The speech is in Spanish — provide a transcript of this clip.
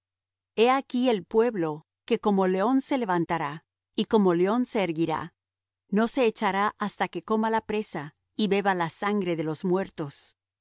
he aquí el pueblo que como león se levantará y como león se erguirá no se echará hasta que coma la presa y beba la sangre de los muertos